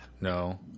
no